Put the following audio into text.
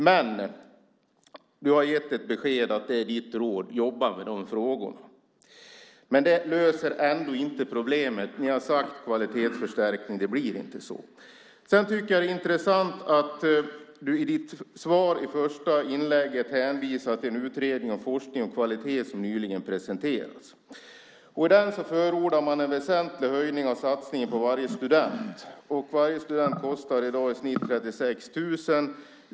Men du har gett ett besked om att ditt råd är: Jobba med de frågorna! Men det löser inte problemet. Ni har talat om kvalitetsförstärkning. Det blir inte så. Sedan tycker jag att det är intressant att du i ditt svar, i det första inlägget, hänvisar till en utredning om forskning och kvalitet som nyligen presenterats. I den förordar man en väsentlig höjning av satsningen på varje student. Varje student kostar i dag i snitt 36 000.